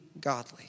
godly